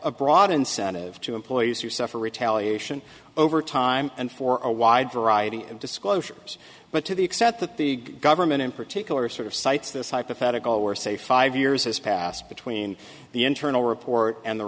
incentive to employees who suffer retaliation over time and for a wide variety of disclosures but to the extent that the government in particular sort of cites this hypothetical where say five years has passed between the internal report and the